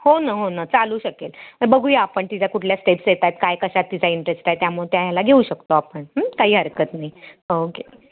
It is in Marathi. हो ना हो ना चालू शकेल बघूया आपण तिच्या कुठल्या स्टेप्स येत आहेत काय कशात तिचा इंटरेस्ट आहे त्यामुळे त्या ह्याला घेऊ शकतो आपण काही हरकत नाही ओके